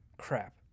Crap